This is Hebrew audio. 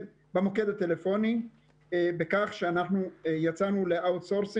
הטלפוני בכך שאנחנו יצאנו למיקור חוץ.